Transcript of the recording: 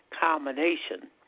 combination